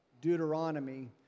Deuteronomy